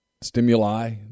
stimuli